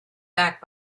back